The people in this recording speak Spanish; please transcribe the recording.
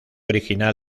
original